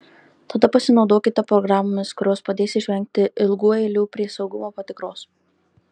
tada pasinaudokite programomis kurios padės išvengti ilgų eilių prie saugumo patikros